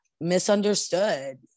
misunderstood